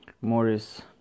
Morris